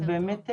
אז באמת,